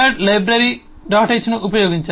h ను ఉపయోగించాలి